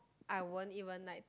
I won't even like